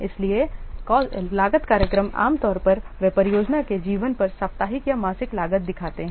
इसलिए लागत कार्यक्रम आम तौर पर वे परियोजना के जीवन पर साप्ताहिक या मासिक लागत दिखाते हैं